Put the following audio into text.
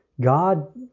God